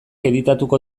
editatuko